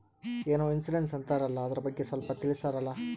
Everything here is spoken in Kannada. ಏನೋ ಇನ್ಸೂರೆನ್ಸ್ ಅಂತಾರಲ್ಲ, ಅದರ ಬಗ್ಗೆ ಸ್ವಲ್ಪ ತಿಳಿಸರಲಾ?